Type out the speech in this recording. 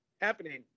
happening